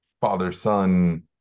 father-son